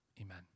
Amen